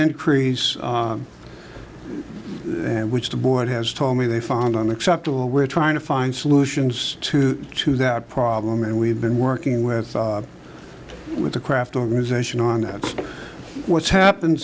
increase and which the board has told me they find unacceptable we're trying to find solutions to to that problem and we've been working with the with the craft organization on that what's happened